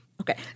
okay